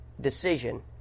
decision